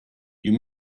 you